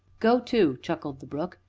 go to! chuckled the brook.